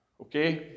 Okay